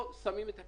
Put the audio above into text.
שאמרתי את כל